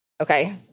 Okay